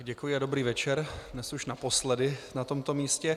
Děkuji a dobrý večer dnes už naposledy na tomto místě.